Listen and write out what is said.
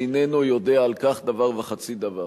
איננו יודע על כך דבר וחצי דבר.